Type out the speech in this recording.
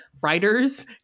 writers